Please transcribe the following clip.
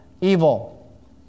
evil